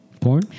Porn